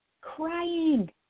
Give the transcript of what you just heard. crying